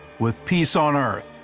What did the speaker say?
with peace on earth,